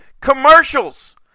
commercials